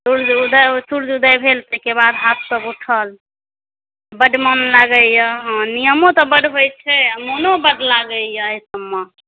सुर्ज उदय सुर्ज उदय भेल ताहिकेबाद हाथ सब उठल बड मोन लागैया नियमो तऽ बड होइ छै आ मोनो बड लागैया एहिसब मे